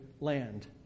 land